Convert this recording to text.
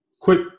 Quick